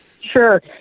Sure